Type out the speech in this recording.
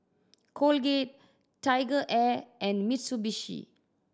Colgate TigerAir and Mitsubishi